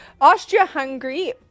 Austria-Hungary